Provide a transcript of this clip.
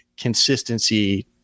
consistency